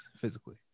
physically